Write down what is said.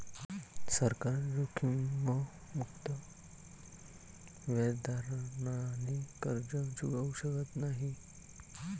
सरकार जोखीममुक्त व्याजदराने कर्ज चुकवू शकत नाही